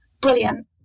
brilliant